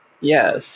yes